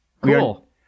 Cool